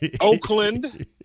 Oakland